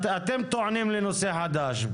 אתם טוענים לנושא חדש.